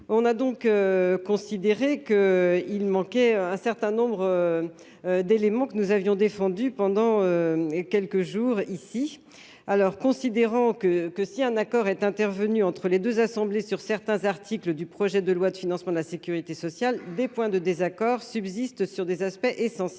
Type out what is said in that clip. on a donc considéré qu'il manquait un certain nombre d'éléments que nous avions défendu pendant quelques jours ici alors considérant que que si un accord est intervenu entre les 2 assemblées sur certains articles du projet de loi de financement de la Sécurité sociale, des points de désaccord subsistent sur des aspects essentiels,